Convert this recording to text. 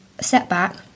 setback